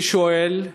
אני שואל: